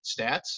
stats